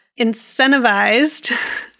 incentivized